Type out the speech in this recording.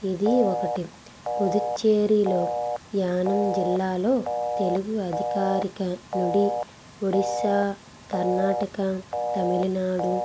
ఇది ఒకటి పుదుచ్చేరీలో యానం జిల్లాలో తెలుగు అధికారిక నుడి ఒడిస్సా కర్ణాటక తమిళనాడు